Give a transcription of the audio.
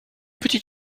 petite